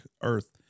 earth